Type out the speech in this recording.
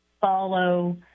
follow